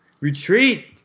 retreat